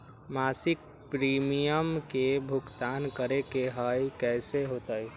मासिक प्रीमियम के भुगतान करे के हई कैसे होतई?